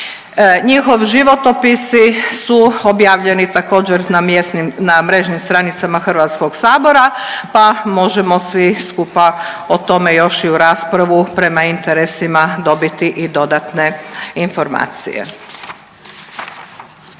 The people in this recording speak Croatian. Njihovi životopisi su objavljeni također na mjesnim, na mrežnim stranicama HS, pa možemo svi skupa o tome još i u raspravi prema interesima dobiti i dodatne informacije.